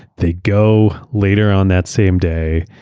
they go later on that same day.